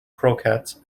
croquettes